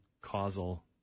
causal